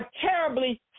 terribly